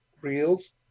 reels